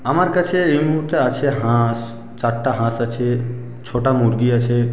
আমার কাছে এই মুহুর্তে আছে হাঁস চারটে হাঁস আছে ছটা মুরগি আছে